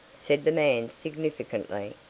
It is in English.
said the man significantly.